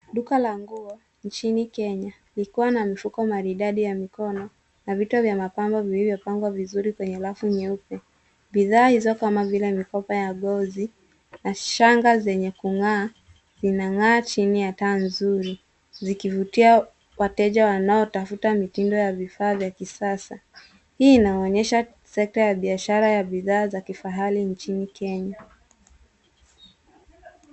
Duka la nguo nchini Kenya likiwa na mifuko maridadi ya mikono na vitu vya mapambo vilivyo pangwa vizuri kwenye rafu nyeupe. Bidhaa hizo kama vile mikopa ya ngozi, na shanga zenye kungaa, vinangaa chini ya taa nzuri zikivutia wateja wanaotafuta mitindo ya vifaa vya kisasa. Hii inaonyesha sekta ya biashara ya bidhaa za kifahari nchini Kenya.